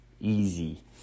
easy